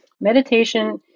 Meditation